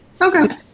Okay